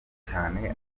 cyane